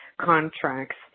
contracts